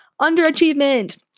Underachievement